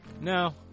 No